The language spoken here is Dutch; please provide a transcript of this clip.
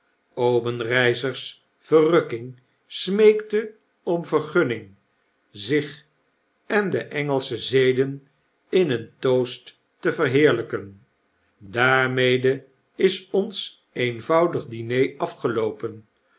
obenreizer's verrukking smeekte om vergunning zich en de engelsche zeden in een toast te verheerlpen daarmede is ons eenvoudig diner afgeloopen